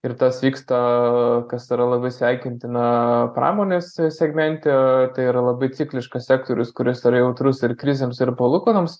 ir tas vyksta kas yra labai sveikintina pramonės segmente tai yra labai cikliškas sektorius kuris yra jautrus ir krizėms ir palūkanoms